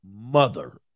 mother